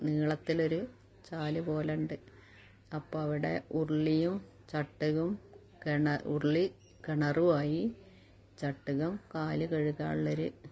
നീളത്തിലൊരു ചാൽ പോലെയുണ്ട് അപ്പം അവിടെ ഉരുളിയും ചട്ടുകവും ഉരുളി കിണറുമായി ചട്ടുകം കാൽ കഴുകാനുള്ള ഒരു